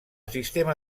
sistema